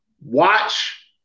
watch